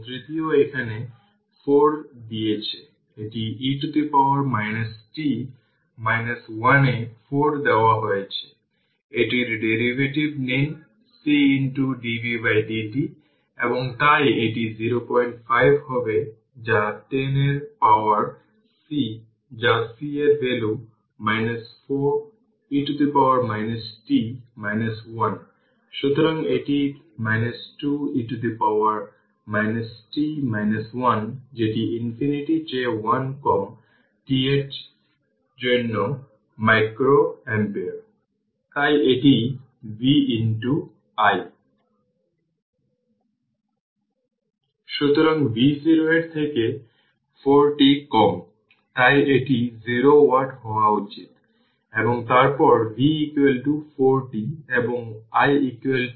সুতরাং এখন প্রশ্ন হল একটি ইনিশিয়াল ভোল্টেজ যা 4 ভোল্ট দেওয়া হয়েছে এবং এখানে এটি 24 ভোল্ট কিন্তু পোলারিটি দেখুন এবং সেই অনুযায়ী সেই ইনিশিয়াল ভোল্টেজকে কী বলবেন তার চিহ্ন বেছে নিতে হবে এবং তাই এই পোলারিটি চিহ্নিত করা হয় সুতরাং এই চিত্রটি আসলে এই 2টি ক্যাপাসিটর 5 মাইক্রোফ্যারাড এবং 20 মাইক্রো C1 এবং C2 সিরিজে রয়েছে তাই এটি প্যারালাল রেজিস্টর এর ইকুইভ্যালেন্ট